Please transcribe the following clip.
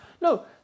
No